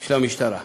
של המשטרה,